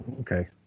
Okay